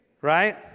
Right